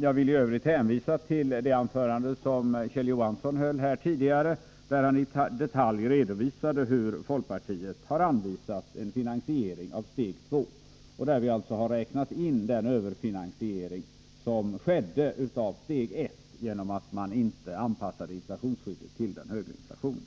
Jag vill i övrigt hänvisa till det anförande som Kjell Johansson höll här tidigare där han i detalj redovisade hur folkpartiet har anvisat en finansiering av steg två, och där vi har räknat in den överfinansiering som skedde av steg ett genom att man inte anpassade inflationsskyddet till den högre inflationen.